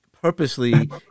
purposely